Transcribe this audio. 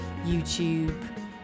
YouTube